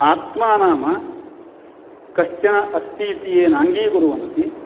आत्मा नाम कश्चन अस्ति इति ये नाङ्गीकुर्वन्ति